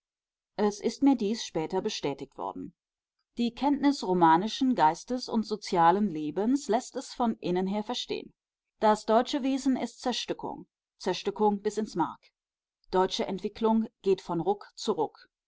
es ist mir dies später bestätigt worden die kenntnis romanischen geistes und sozialen lebens läßt es von innen her verstehen das deutsche wesen ist zerstückung zerstückung bis ins mark deutsche entwicklung geht von ruck zu